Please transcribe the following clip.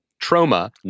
trauma